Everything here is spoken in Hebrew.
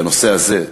והנושא הזה,